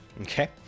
okay